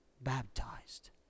baptized